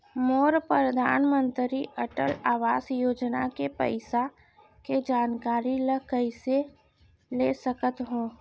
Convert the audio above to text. मोर परधानमंतरी अटल आवास योजना के पइसा के जानकारी ल कइसे ले सकत हो?